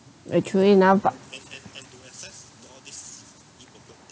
uh true enough but